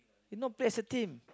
if not play as a team